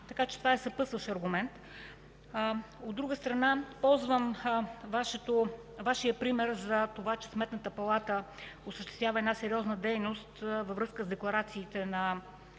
Така че това е съпътстващ аргумент. От друга страна, ползвам Вашия пример, че Сметната палата осъществява сериозна дейност във връзка с декларациите на